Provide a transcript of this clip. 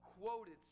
quoted